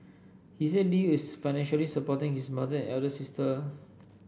he said Lee is financially supporting his mother elder sister